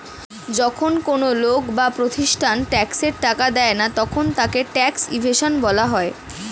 যখন কোন লোক বা প্রতিষ্ঠান ট্যাক্সের টাকা দেয় না তখন তাকে ট্যাক্স ইভেশন বলা হয়